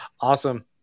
Awesome